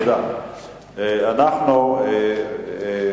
רעיון לא רע,